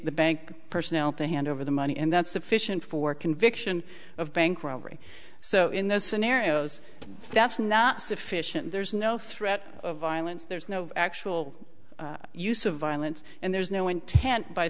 the bank personnel to hand over the money and that's sufficient for conviction of bank robbery so in those scenarios that's not sufficient there's no threat of violence there's no actual use of violence and there's no intent by